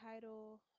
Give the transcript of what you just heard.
title